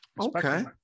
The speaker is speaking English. Okay